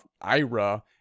ira